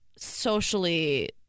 socially